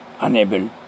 unable